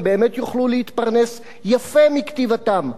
הן באמת יוכלו להתפרנס יפה מכתיבתן.